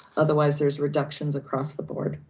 otherwise, there's reductions across the board.